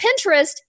Pinterest